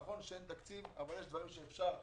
נכון שאין תקציב אבל יש דברים שאפשר לעשות,